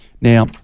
Now